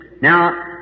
Now